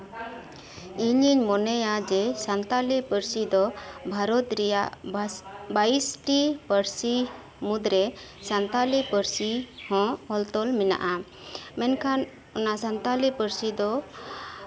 ᱤᱧᱤᱧ ᱢᱚᱱᱮᱭᱟ ᱡᱮ ᱥᱟᱱᱛᱟᱞᱤ ᱯᱟᱹᱨᱥᱤ ᱫᱚ ᱵᱷᱟᱨᱚᱛ ᱨᱮᱭᱟᱜ ᱵᱷᱟᱥ ᱵᱟᱭᱤᱥ ᱴᱤ ᱯᱟᱨᱥᱤ ᱢᱩᱫᱽ ᱨᱮ ᱥᱟᱱᱛᱟᱞᱤ ᱯᱟᱨᱥᱤ ᱦᱚᱸ ᱚᱞᱼᱛᱚᱞ ᱢᱮᱱᱟᱜᱼᱟ ᱢᱮᱱᱠᱷᱟᱱ ᱚᱱᱟ ᱥᱟᱱᱛᱟᱞᱤ ᱯᱟᱹᱨᱥᱤ ᱫᱚ